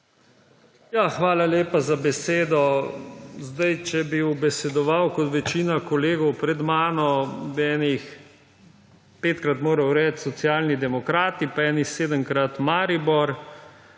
Hvala lepa za besedo. Če bi ubesedoval kot večna kolegov pred mano, bi kakšnih petkrat moral reči Socialni demokrati pa kakšnih sedemkrat Maribor